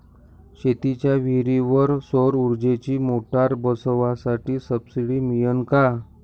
शेतीच्या विहीरीवर सौर ऊर्जेची मोटार बसवासाठी सबसीडी मिळन का?